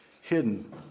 hidden